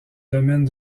domaine